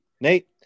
Nate